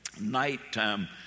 nighttime